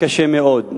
קשה מאוד.